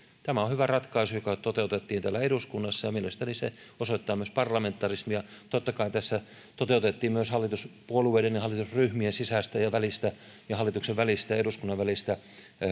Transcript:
tämä on hyvä ratkaisu joka toteutettiin täällä eduskunnassa ja mielestäni se osoittaa myös parlamentarismia totta kai tässä toteutettiin myös hallituspuolueiden ja hallitusryhmien sisäistä ja välistä sekä hallituksen ja eduskunnan välistä